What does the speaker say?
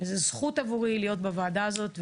זאת זכות עבורי להיות בוועדה הזאת.